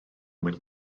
mwyn